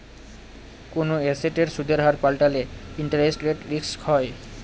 কোনো এসেটের সুদের হার পাল্টালে ইন্টারেস্ট রেট রিস্ক হয়